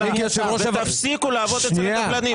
אדוני השר --- ותפסיקו לעבוד אצל הקבלנים,